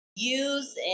use